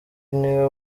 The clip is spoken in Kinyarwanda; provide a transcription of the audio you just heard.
niwe